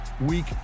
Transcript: Week